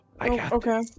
Okay